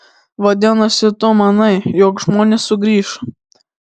vadinasi tu manai jog žmonės sugrįš